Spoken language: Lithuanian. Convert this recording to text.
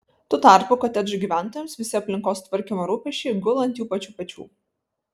tuo tarpu kotedžų gyventojams visi aplinkos tvarkymo rūpesčiai gula ant jų pačių pečių